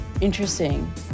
interesting